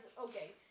okay